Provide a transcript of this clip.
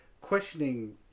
questioning